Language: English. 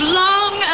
long